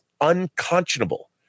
unconscionable